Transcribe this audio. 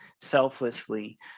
selflessly